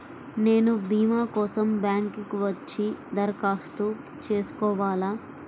నేను భీమా కోసం బ్యాంక్కి వచ్చి దరఖాస్తు చేసుకోవాలా?